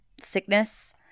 sickness